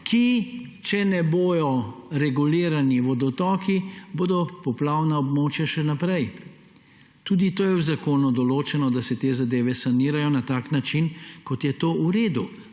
kjer če ne bodo regulirani vodotoki, bodo poplavna območja še naprej. Tudi to je v zakonu določeno, da se te zadeve sanirajo na takšen način, kot je to v redu.